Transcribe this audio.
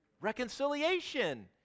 Reconciliation